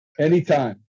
Anytime